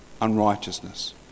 unrighteousness